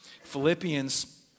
Philippians